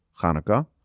Hanukkah